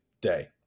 day